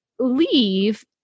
leave